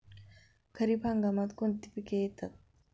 खरीप हंगामात कोणती पिके येतात?